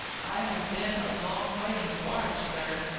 i have been a long way in a barge, sir.